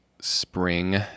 spring